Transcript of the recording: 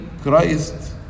Christ